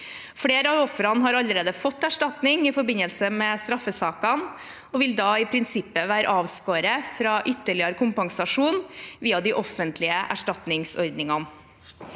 Flere av ofrene har allerede fått erstatning i forbindelse med straffesaken og vil da i prinsippet være avskåret fra ytterligere kompensasjon via de offentlige erstatningsordningene.